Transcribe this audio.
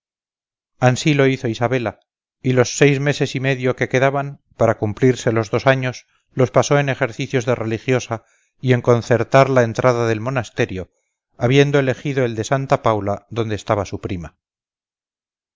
ansí lo hizo isabela y los seis meses y medio que quedaban para cumplirse los dos años los pasó en ejercicios de religiosa y en concertar la entrada del monasterio habiendo elegido el de santa paula donde estaba su prima